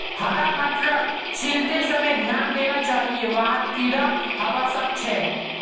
हरा मटरक छीलते समय ध्यान देना चाहिए वहात् कीडा हवा सक छे